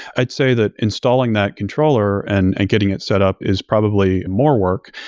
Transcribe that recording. i'd say that installing that controller and and getting it set up is probably more work.